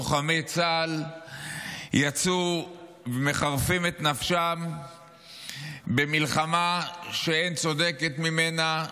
לוחמי צה"ל מחרפים את נפשם במלחמה שאין צודקת ממנה,